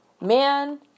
Man